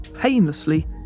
painlessly